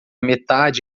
metade